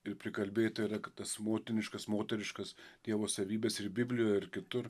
ir prikalbėta ir apie tas motiniškas moteriškas dievo savybes ir biblijoje ir kitur